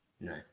No